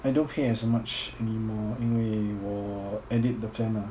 I don't pay as much anymore 因为我 edit the term ah